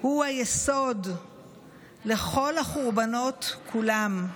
הוא היסוד לכל החורבנות כולם.